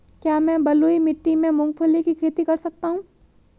क्या मैं बलुई मिट्टी में मूंगफली की खेती कर सकता हूँ?